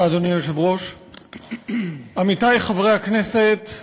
אדוני היושב-ראש, תודה, עמיתי חברי הכנסת,